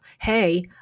hey